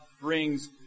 brings